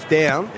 down